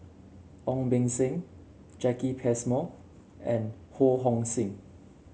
Ong Beng Seng Jacki Passmore and Ho Hong Sing